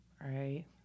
right